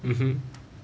mmhmm